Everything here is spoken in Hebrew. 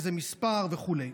לאיזה מספר וכו'.